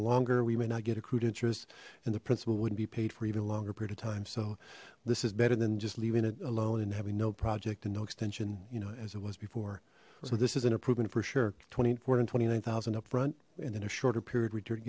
longer we may not get accrued interest and the principal wouldn't be paid for even longer period of time so this is better than just leaving it alone and having no project and no extension you know as it was before so this is an approval for sure twenty four ten twenty nine thousand up front and then a shorter period return